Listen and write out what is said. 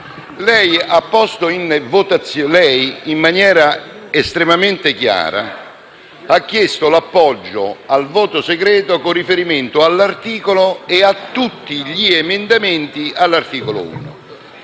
Lei, in maniera estremamente chiara, ha chiesto l'appoggio al voto segreto con riferimento all'articolo 1 e a tutti gli emendamenti ad esso